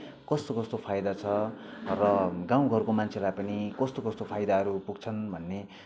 कस्तो कस्तो फाइदा छ र गाउँ घरको मान्छेलाई पनि कस्तो कस्तो फाइदाहरू पुग्छन् भन्ने